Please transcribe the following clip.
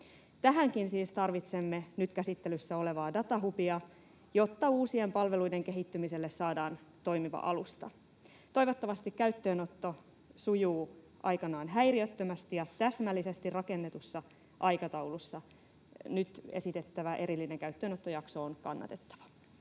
Tähänkin siis tarvitsemme nyt käsittelyssä olevaa datahubia, jotta uusien palveluiden kehittymiselle saadaan toimiva alusta. Toivottavasti käyttöönotto sujuu aikanaan häiriöttömästi ja täsmällisesti rakennetussa aikataulussa. Nyt esitettävä erillinen käyttöönottojakso on kannatettava.